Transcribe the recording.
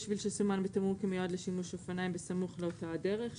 יש שביל שסומן בתמרור כמיועד לשימוש אופניים בסמוך לאותה הדרך,